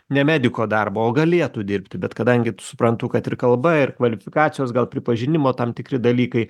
ne mediko darbą o galėtų dirbti bet kadangi suprantu kad ir kalba ir kvalifikacijos gal pripažinimo tam tikri dalykai